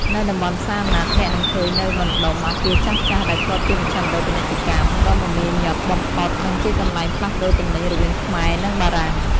នៅតំបន់ផ្សារណាត់ អ្នកនឹងឃើញនូវបណ្តុំអគារចាស់ៗដែលធ្លាប់ជាមជ្ឈមណ្ឌលពាណិជ្ជកម្មដ៏មមាញឹកបំផុត និងជាកន្លែងផ្លាស់ប្តូរទំនិញរវាងខ្មែរ និងបារាំង។